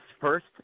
first